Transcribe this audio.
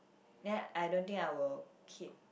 then I don't think I will keep